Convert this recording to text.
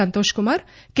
Santosh Kumar K